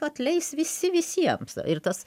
atleis visi visiems ir tas